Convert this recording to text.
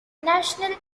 national